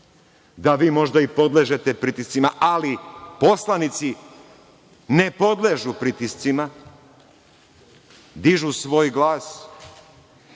da vi možda i podležete pritiscima, ali poslanici ne podležu pritiscima, dižu svoj glas.